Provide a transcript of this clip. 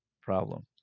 problem